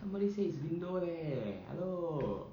somebody say it's window leh hello